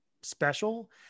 special